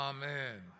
Amen